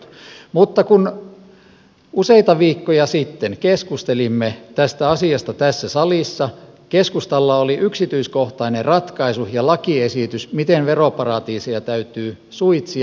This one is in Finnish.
mutta kun useita viikkoja sitten keskustelimme tästä asiasta tässä salissa keskustalla oli yksityiskohtainen ratkaisu ja lakiesitys miten veroparatiiseja täytyy suitsia